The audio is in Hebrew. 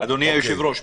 אדוני היושב-ראש,